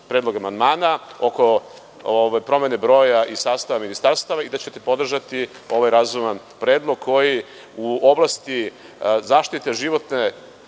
za naš amandman oko promene broja i sastava ministarstava i da ćete podržati ovaj razuman predlog koji u oblasti zaštite životne